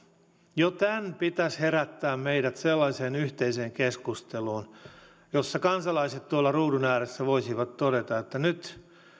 jo tämän pitäisi herättää meidät sellaiseen yhteiseen keskusteluun että kansalaiset tuolla ruudun ääressä voisivat todeta että nyt